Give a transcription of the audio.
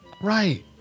Right